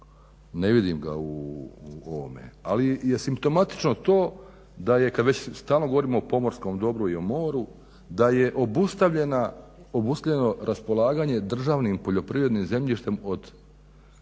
Ne vidim ga u ovome, ali je simptomatično to da je kad već stalno govorimo o pomorskom dobru i o moru, da je obustavljeno raspolaganje državnim poljoprivrednim zemljištem od